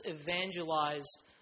evangelized